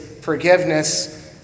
forgiveness